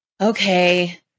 okay